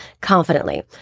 confidently